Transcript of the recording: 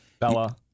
Bella